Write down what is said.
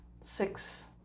six